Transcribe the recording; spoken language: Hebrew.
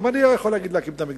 גם אני יכול להקים את המקדש,